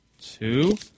two